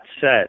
set